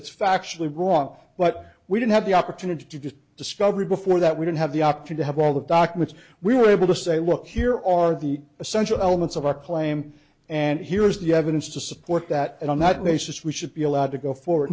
that's factually wrong but we didn't have the opportunity to just discovery before that we didn't have the option to have all the documents we were able to say look here are the essential elements of our claim and here is the evidence to support that and on that basis we should be allowed to go for